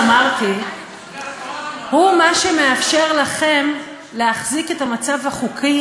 העליון הוא הצינור הזה שמוציא את הקיטור,